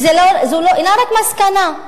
וזו אינה רק מסקנה,